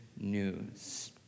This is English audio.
news